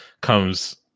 comes